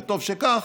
וטוב שכך,